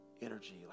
energy